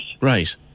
Right